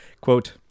Quote